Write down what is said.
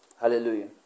Hallelujah